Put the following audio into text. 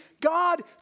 God